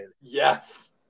Yes